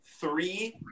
three